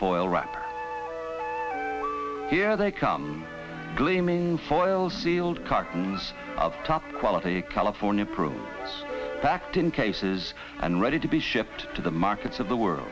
foil wrapped here they come gleaming foil sealed cartons of top quality california proof packed in cases and ready to be shipped to the markets of the world